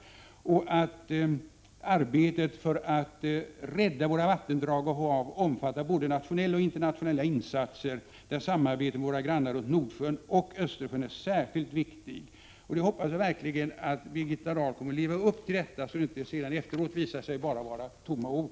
Hon sade vidare att arbetet för att rädda våra vattendrag och hav omfattar både nationella och internationella insatser, där samarbetet med våra grannar runt Nordsjön och Östersjön är särskilt viktigt. Jag hoppas verkligen att Birgitta Dahl kommer att leva upp till detta, så att detta efteråt inte bara visar sig ha varit tomma ord.